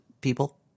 People